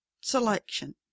selection